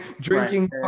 drinking